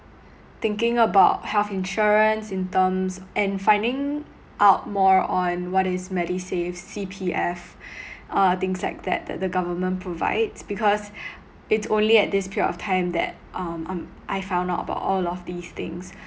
thinking about health insurance in terms and finding out more on what is medisave C_P_F uh things like that that the government provides because it's only at this period of time that um um I find out about all of these things